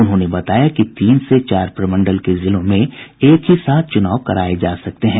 उन्होंने बताया कि तीन से चार प्रमंडल के जिलों में एक ही साथ चुनाव कराये जा सकते हैं